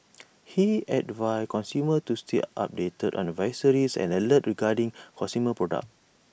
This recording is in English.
he advised consumers to stay updated on advisories and alerts regarding consumer products